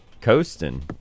coasting